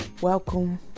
Welcome